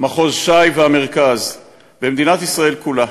מחוז ש"י והמרכז, במדינת ישראל כולה.